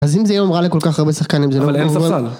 אז אם זה יום רע לכל כך הרבה שחקנים זה לא יום רע לי. אבל אין ספסל.